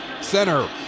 Center